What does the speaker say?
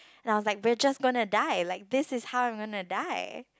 and I was like we're just gonna die like this is how I'm gonna die